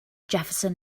jefferson